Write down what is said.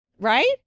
Right